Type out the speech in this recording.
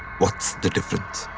what's the difference?